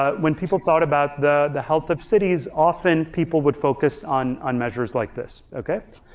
ah when people thought about the the health of cities often people would focus on on measures like this, okay?